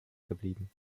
geblieben